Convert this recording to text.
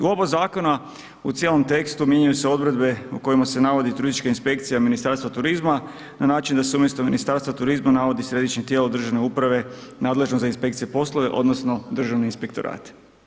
U oba zakona u cijelom tekstu mijenjaju se odredbe na kojima se navodi turistička inspekcija Ministarstva turizma na način da se umjesto Ministarstva turizma navodi središnje tijelo državne uprave nadležno za inspekcijske poslove odnosno Državni inspektorat.